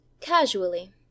Casually